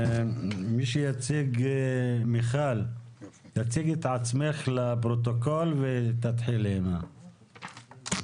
מיכל תציגי את עצמך ותתחילי בבקשה.